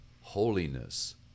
holiness